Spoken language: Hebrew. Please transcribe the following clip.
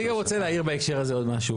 אני רוצה להעיר בהקשר הזה עוד משהו,